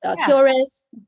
curious